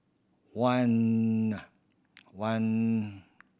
one one